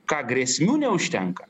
ką grėsmių neužtenka